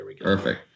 Perfect